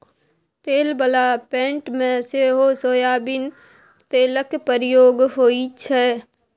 तेल बला पेंट मे सेहो सोयाबीन तेलक प्रयोग होइ छै